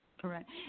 Correct